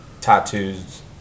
tattoos